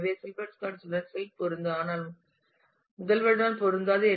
எனவே சில்பர்ஸ்காட்ஸுடன் சில்ப் பொருந்தும் ஆனால் முதல்வருடன் பொருந்தாது